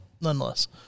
nonetheless